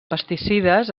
pesticides